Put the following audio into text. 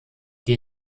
die